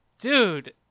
Dude